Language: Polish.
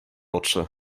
oczy